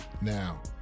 Now